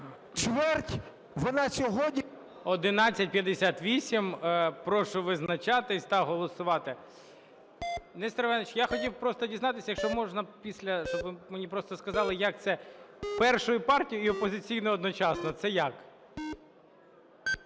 чверть вона сьогодні…